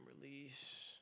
release